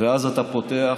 ואז אתה פותח.